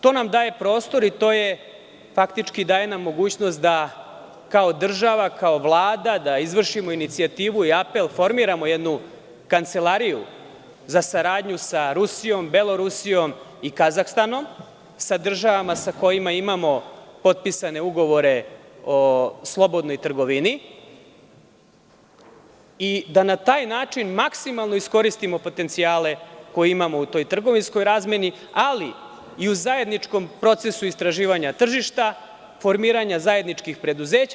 To nam daje prostor i mogućnost da kao država, da kao Vlada izvršimo inicijativu i apel i formiramo jednu kancelariju za saradnju sa Rusijom, Belorusijom i Kazahstanom, sa državama sa kojima imamo potpisane ugovore o slobodnoj trgovini i da na taj način maksimalno iskoristimo potencijale koje imamo u toj trgovinskoj razmeni, ali i u zajedničkom procesu istraživanja tržišta, formiranja zajedničkih preduzeća.